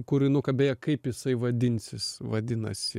kūrinuką beje kaip jisai vadinsis vadinasi